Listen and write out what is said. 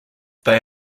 they